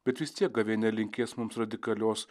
bet vis tiek gavėnia linkės mums radikalios